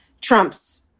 Trump's